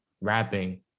rapping